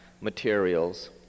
materials